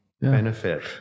benefit